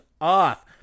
off